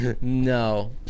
no